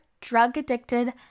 drug-addicted